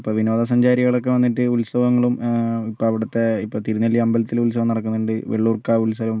ഇപ്പം വിനോദസഞ്ചാരികളൊക്കെ വന്നിട്ട് ഉത്സവങ്ങളും ഇപ്പം അവിടുത്തെ ഇപ്പോൾ തിരുനെല്ലി അമ്പലത്തിലെ ഉത്സവം നടക്കുന്നുണ്ട് വള്ളിയൂർക്കാവ് ഉത്സവം